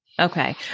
Okay